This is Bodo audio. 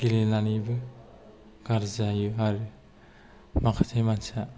गेलेनानैबो गाज्रि जायो आरो माखासे मानसिया